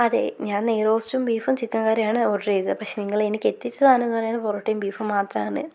അതെ ഞാന് നെയ്റോസ്റ്റും ബീഫും ചിക്കന് കറിയുമാണ് ഓര്ഡര് ചെയ്തത് പക്ഷേ നിങ്ങള് എനിക്ക് എത്തിച്ച സാധനം എന്ന് പറയുന്നത് പൊറാട്ടയും ബീഫും മാത്രമാണ്